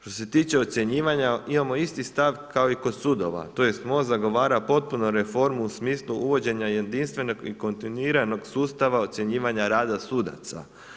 Što se tiče ocjenjivanja, imamo isti stav kao i kod sudova tj. MOST zagovara potpunu reformu u smislu uvođenja jedinstvenog i kontinuiranog sustava ocjenjivanja rada sudaca.